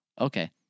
Okay